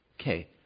okay